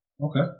Okay